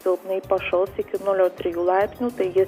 silpnai pašals iki nulio trijų laipsnių taigi